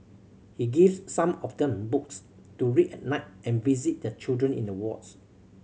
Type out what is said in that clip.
he gives some of them books to read at night and visit the children in the wards